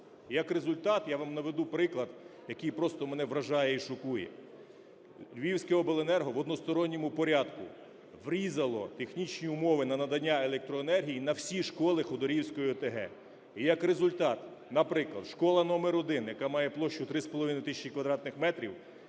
як результат я вам наведу приклад, який мене просто вражає і шокує: Львівська обленерго в односторонньому порядку врізало технічні умови надання електроенергії на всі школи Ходорівської ОТГ. І як результат, наприклад, школа № 1, яка має площу 3,5 тисячі квадратних метрів,